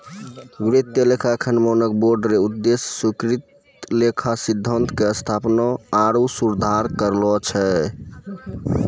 वित्तीय लेखांकन मानक बोर्ड रो उद्देश्य स्वीकृत लेखा सिद्धान्त के स्थापना आरु सुधार करना छै